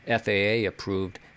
FAA-approved